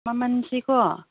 ꯃꯃꯜꯁꯤꯀꯣ